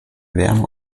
wärme